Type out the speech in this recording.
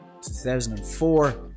2004